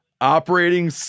operating